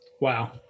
Wow